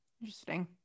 Interesting